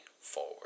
forward